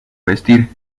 vestir